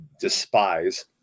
despise